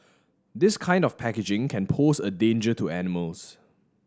this kind of packaging can pose a danger to animals